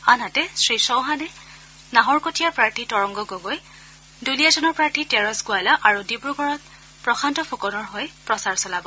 আনহাতে শ্ৰীচৌহানে নাহৰকটীয়াৰ প্ৰাৰ্থী তৰংগ গগৈ দুলিয়াজানৰ প্ৰাৰ্থী তেৰছ গোৱালা আৰু ডিব্ৰুগড়ত প্ৰশান্ত ফুকনৰ হৈ প্ৰচাৰ চলাব